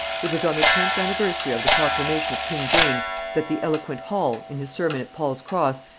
it was on the tenth anniversary of the proclamation of king james that the eloquent hall, in his sermon at paul's cross,